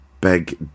big